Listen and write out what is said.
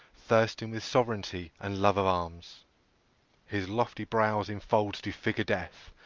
thirsting with sovereignty and love of arms his lofty brows in folds do figure death,